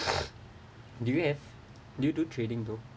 do you have do you do trading though